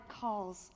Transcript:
calls